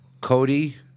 Cody